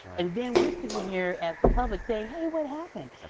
and then we're sitting here as the public saying, hey, what happened?